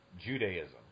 Judaism